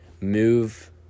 move